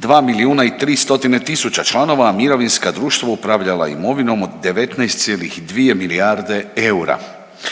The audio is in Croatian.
2 milijuna i 3 stotine tisuća članova a mirovinska društva upravljala je imovinom od 19,2 milijarde eura.